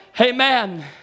Amen